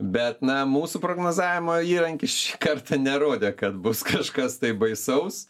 bet na mūsų prognozavimo įrankis šį kartą nerodė kad bus kažkas tai baisaus